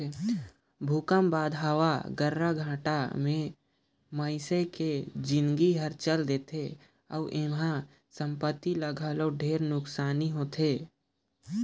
भूकंप बाद हवा गर्राघाटा मे मइनसे के जिनगी हर चल देथे अउ एम्हा संपति ल घलो ढेरे नुकसानी होथे